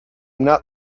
not